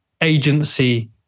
agency